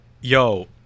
Yo